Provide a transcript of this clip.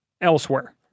elsewhere